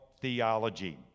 theology